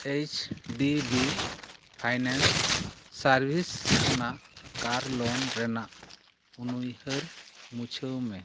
H D B finance services ᱠᱷᱚᱱᱟᱜ ᱟᱨ loan ᱨᱮᱱᱟᱜ ᱩᱱᱩᱭᱦᱟᱹᱨ ᱢᱩᱪᱷᱟᱹᱣᱢᱮ